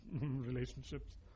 relationships